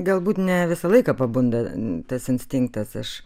galbūt ne visą laiką pabunda tas instinktas aš